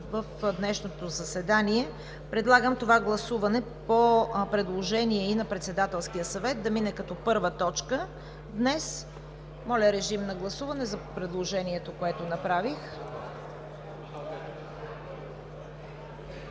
в днешното заседание. Предлагам това гласуване, по предложение и на Председателския съвет, да мине като първа точка днес. Моля, гласувайте предложението, което направих.